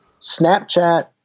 Snapchat